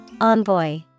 envoy